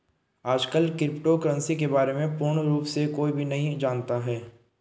आजतक crypto currency के बारे में पूर्ण रूप से कोई भी नहीं जानता है